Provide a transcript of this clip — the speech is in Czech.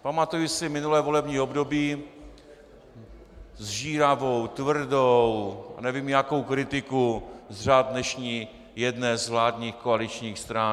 Pamatuji si minulé volební období, sžíravou, tvrdou a nevím jakou kritiku z řad dnešní jedné z vládních koaličních stran.